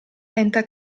lenta